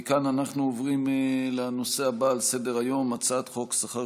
מכאן אנחנו עוברים לנושא הבא על סדר-היום: הצעת חוק שכר